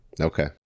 Okay